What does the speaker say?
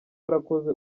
yarakoze